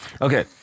Okay